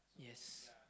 yes